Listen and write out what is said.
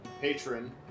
patron